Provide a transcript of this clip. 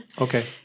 Okay